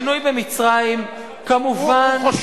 השינוי במצרים כמובן,